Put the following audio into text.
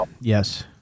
Yes